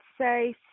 say